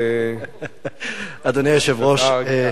אדוני היושב-ראש,